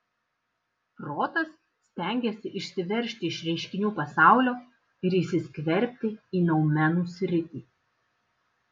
protas stengiasi išsiveržti iš reiškinių pasaulio ir įsiskverbti į noumenų sritį